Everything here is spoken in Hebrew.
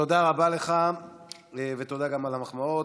תודה רבה לך ותודה גם על המחמאות.